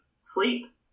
sleep